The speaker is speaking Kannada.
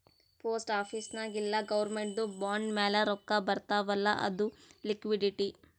ಪೋಸ್ಟ್ ಆಫೀಸ್ ನಾಗ್ ಇಲ್ಲ ಗೌರ್ಮೆಂಟ್ದು ಬಾಂಡ್ ಮ್ಯಾಲ ರೊಕ್ಕಾ ಬರ್ತಾವ್ ಅಲ್ಲ ಅದು ಲಿಕ್ವಿಡಿಟಿ